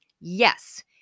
Yes